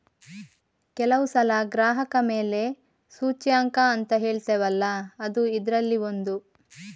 ಕೆಲವು ಸಲ ಗ್ರಾಹಕ ಬೆಲೆ ಸೂಚ್ಯಂಕ ಅಂತ ಹೇಳ್ತೇವಲ್ಲ ಅದೂ ಇದ್ರಲ್ಲಿ ಒಂದು